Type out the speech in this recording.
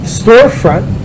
storefront